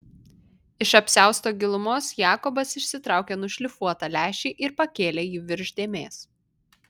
iš apsiausto gilumos jakobas išsitraukė nušlifuotą lęšį ir pakėlė jį virš dėmės